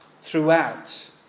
throughout